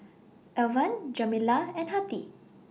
Alvan Jamila and Hattie